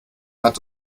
hat